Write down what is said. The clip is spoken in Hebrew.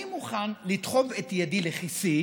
אני מוכן לדחוף את ידי לכיסי